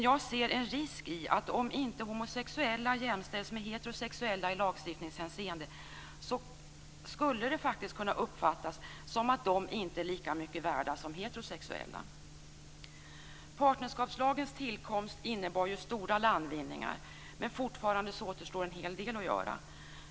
Jag ser en risk i att om inte homosexuella jämställs med heterosexuella i lagstiftningshänseende skulle det faktiskt kunna uppfattas som att de inte är lika mycket värda som heterosexuella. Partnerskapslagens tillkomst innebar stora landvinningar, men fortfarande återstår en hel del att göra.